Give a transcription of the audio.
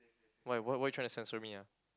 why why why trying to censor me ah